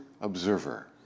observer